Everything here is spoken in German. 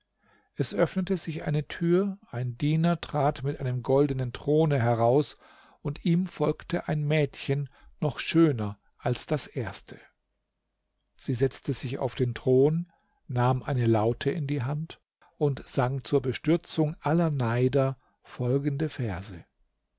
es öffnete sich eine tür ein diener trat mit einem goldenen throne heraus und ihm folgte ein mädchen noch schöner als das erste sie setzte sich auf den thron nahm eine laute in die hand und sang zur bestürzung aller neider folgende verse